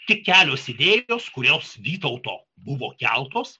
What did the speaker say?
tik kelios idėjos kurios vytauto buvo keltos